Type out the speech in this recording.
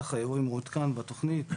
בטח אורי מעודכן בתוכנית.